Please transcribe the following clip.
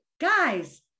guys